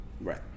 Right